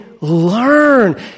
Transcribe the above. learn